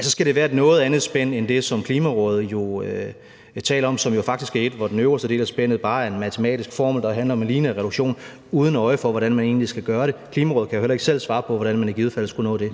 så skal der være et noget andet spænd end det, som Klimarådet taler om, som jo faktisk er et, hvor den øverste del af spændet bare er en matematisk formel, der handler om en lineær reduktion uden øje for, hvordan man egentlig skal gøre det. Klimarådet kan jo heller ikke selv svare på, hvordan man i givet fald skulle nå det.